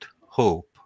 hope